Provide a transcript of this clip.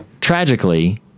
tragically